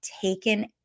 taken